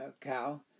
cow